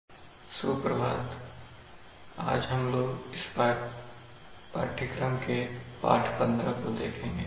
समय विलंब प्रणाली और इन्वर्स रिस्पांस प्रणाली शब्द संग्रह फीडबैक समय विलंब transfer function phase margin gain margin सुप्रभात आज हम लोग इस पाठ्यक्रम के पाठ 15 को देखेंगे